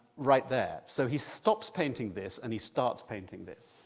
right there, so he stops painting this and he starts painting this.